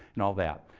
and all that.